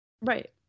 Right